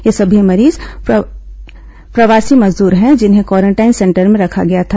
ये समी मरीज प्रवासी मजदूर हैं जिन्हें क्वारेंटाइन सेंटर भें रखा गया था